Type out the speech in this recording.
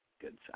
good